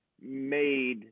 made